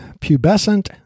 pubescent